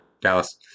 dallas